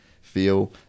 feel